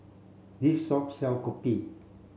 this shop sell Kopi